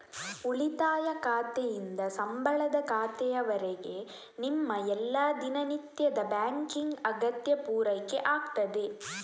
ಉಳಿತಾಯ ಖಾತೆಯಿಂದ ಸಂಬಳದ ಖಾತೆಯವರೆಗೆ ನಿಮ್ಮ ಎಲ್ಲಾ ದಿನನಿತ್ಯದ ಬ್ಯಾಂಕಿಂಗ್ ಅಗತ್ಯ ಪೂರೈಕೆ ಆಗ್ತದೆ